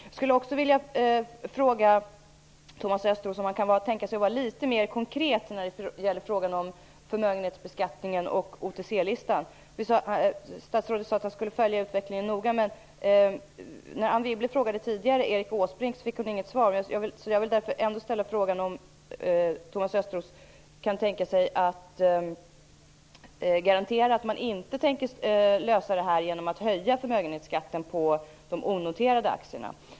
Kan Thomas Östros tänka sig att vara litet mer konkret när det gäller frågan om förmögenhetsbeskattningen och OTC-listan? Statsrådet sade att han skulle följa utvecklingen noga. När Anne Wibble frågade Erik Åsbrink tidigare fick hon inget svar. Jag vill ändå fråga om Thomas Östros kan tänka sig att garantera att man inte tänker lösa denna fråga genom att höja förmögenhetsskatten på onoterade aktier.